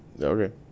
Okay